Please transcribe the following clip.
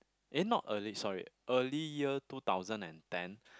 eh not early sorry early year two thousand and ten